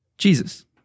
Jesus